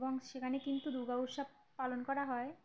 এবং সেখানে কিন্তু দুর্গা উৎসব পালন করা হয়